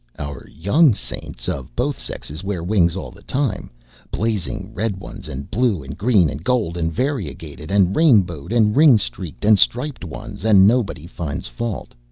our young saints, of both sexes, wear wings all the time blazing red ones, and blue and green, and gold, and variegated, and rainbowed, and ring-streaked-and-striped ones and nobody finds fault.